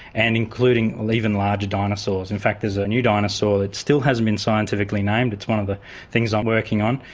and including even larger dinosaurs. in fact there's a new dinosaur that still hasn't been scientifically named, is one of the things i'm working on.